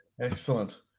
Excellent